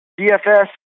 DFS